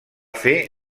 fer